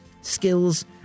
skills